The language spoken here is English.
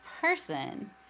person